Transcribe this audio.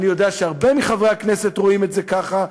אני יודע שהרבה מחברי הכנסת רואים את זה ככה,